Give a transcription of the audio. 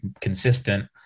consistent